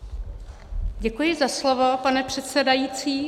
Děkuji za slovo, pane předsedající.